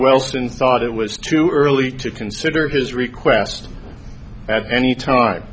wilson thought it was too early to consider his request at any time